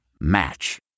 Match